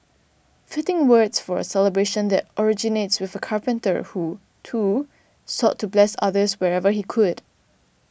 fitting words for a celebration that originates with a carpenter who too sought to bless others whenever he could